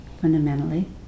fundamentally